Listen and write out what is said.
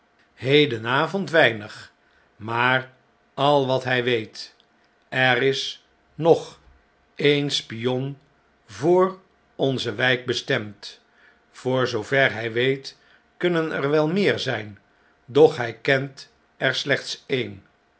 verteld hedenavond weinig maar al wat mj weet er is nog een spion voor onze wjjk bestemd voor zoover hn weet kunnen er wel meer zn'n doch hij kent er slechts e'en